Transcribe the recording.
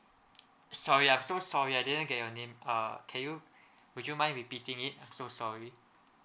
sorry I'm so sorry I didn't get your name uh can you would you mind repeating it I'm so sorry